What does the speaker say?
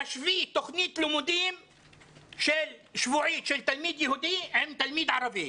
תשווי תוכנית לימודים שבועית של תלמיד יהודי עם תלמיד ערבי.